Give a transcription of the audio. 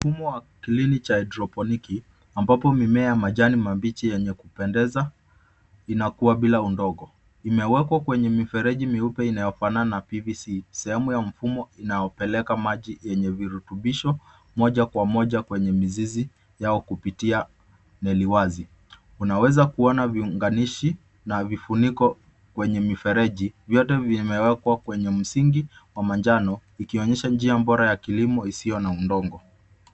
Mfumo wa kilimo wa haidroponiki ambapo mimea ya majani mabichi yenye kupendeza inakua bila udongo. Imewekwa kwenye mifereji mieupe inayofanana na pvc , sehemu ya mfumo inayopeleka maji yenye virutubisho mmoja kwa mmoja kwenye mizizi yao kupitia neli wazi. Unaeza ona viunganishi na vifuniko kwenye mifereji, vyote imewekwa kwenye msingi wa manjano ikionyesha njia bora ya kilimo isiyo na udongo.